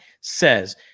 says